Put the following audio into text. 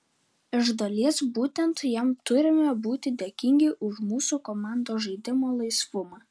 iš dalies būtent jam turime būti dėkingi už mūsų komandos žaidimo laisvumą